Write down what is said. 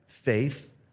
faith